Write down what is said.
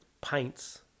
pints